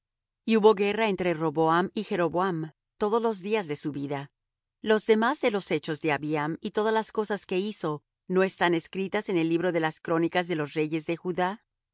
y hubo guerra entre roboam y jeroboam todos los días de su vida lo demás de los hechos de abiam y todas las cosas que hizo no están escritas en el libro de las crónicas de los reyes de judá